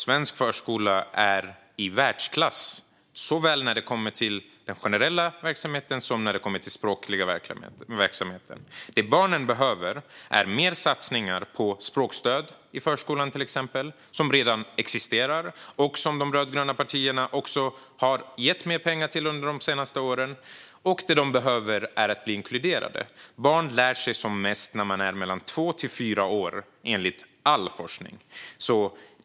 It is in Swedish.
Svensk förskola är i världsklass, när det kommer till såväl den generella verksamheten som den språkliga verksamheten. Det som barnen behöver är mer satsningar på språkstöd i till exempel förskolan, vilket redan existerar och som de rödgröna partierna har gett mer pengar till under de senaste åren. Vad de behöver är att bli inkluderade. Barn lär sig som mest när de är mellan två och fyra år, enligt all forskning.